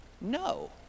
no